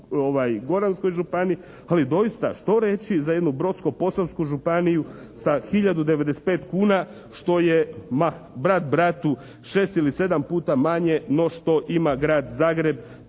Primorsko-Goranskoj županiji, ali doista što reći za jednu Brodsko-Posavsku županiju sa 1095 kuna što je, ma brat bratu 6 ili 7 puta manje no što ima Grad Zagreb.